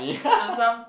I'm some